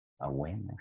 Awareness